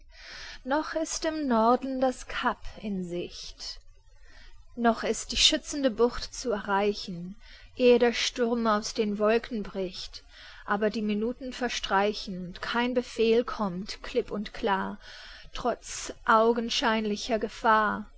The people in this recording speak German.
noch ist im norden das cap in sicht noch ist die schützende bucht zu erreichen ehe der sturm aus den wolken bricht aber die minuten verstreichen und kein befehl kommt klipp und klar trotz augenscheinlicher gefahr